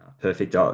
Perfect